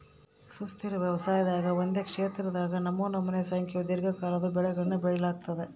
ಸುಸ್ಥಿರ ವ್ಯವಸಾಯದಾಗ ಒಂದೇ ಕ್ಷೇತ್ರದಾಗ ನಮನಮೋನಿ ಸಂಖ್ಯೇವು ದೀರ್ಘಕಾಲದ್ವು ಬೆಳೆಗುಳ್ನ ಬೆಳಿಲಾಗ್ತತೆ